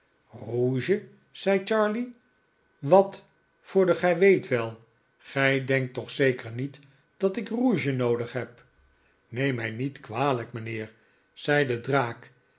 rouge zei charley wat voor den gij weet wel gij denkt toch zeker niet dat ik rouge noodig neb neem mij niet kwalijk mijnheer zei de draak